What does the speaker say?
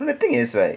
the thing is right